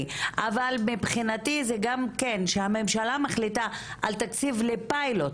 אבל מבחינתי זה גם שהממשלה מחליטה על תקציב לפיילוט,